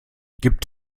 gibt